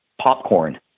popcorn